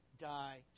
die